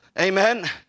Amen